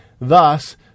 thus